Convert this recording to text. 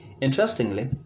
Interestingly